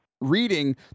reading